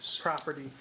property